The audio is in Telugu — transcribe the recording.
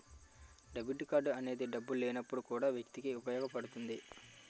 డెబిట్ కార్డ్ అనేది డబ్బులు లేనప్పుడు కూడా వ్యక్తికి ఉపయోగపడుతుంది